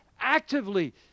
actively